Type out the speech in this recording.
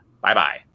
Bye-bye